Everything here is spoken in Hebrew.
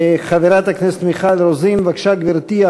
חברת הכנסת מיכל רוזין, בבקשה, גברתי.